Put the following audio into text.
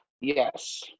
Yes